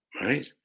right